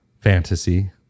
fantasy